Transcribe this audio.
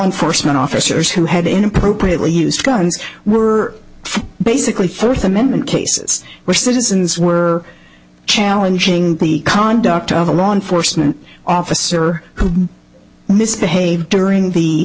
enforcement officers who had inappropriate or used guns were basically furthur amendment cases where citizens were challenging the conduct of a law enforcement officer who misbehave during the